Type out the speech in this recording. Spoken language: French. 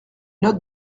note